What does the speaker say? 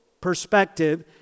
perspective